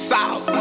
South